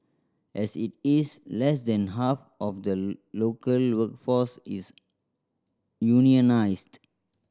as it is less than half of the local workforce is unionised